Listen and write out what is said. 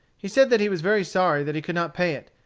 he said that he was very sorry that he could not pay it,